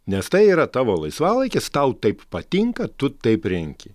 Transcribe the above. nes tai yra tavo laisvalaikis tau taip patinka tu taip renki